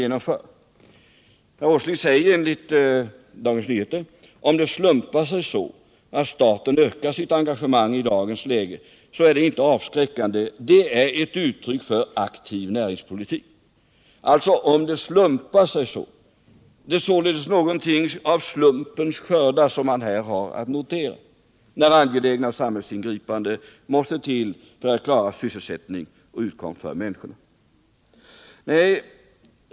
Enligt DN sade herr Åsling: ”Om det slumpar sig så att staten ökar sitt engagemang i dagens läge är det inte avskräckande, det är ett uttryck för aktiv näringspolitik.” ”Om det slumpar sig så.” Det är således något av slumpens skördar som man har att notera när angelägna samhällsingripanden måste till för att klara sysselsättning och utkomst för människorna.